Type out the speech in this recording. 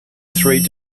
three